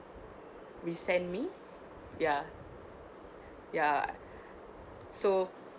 re-send me ya ya so